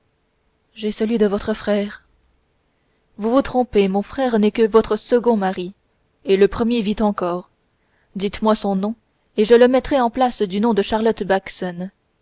j'ai celui de votre frère vous vous trompez mon frère n'est que votre second mari et le premier vit encore dites-moi son nom et je le mettrai en place du nom de charlotte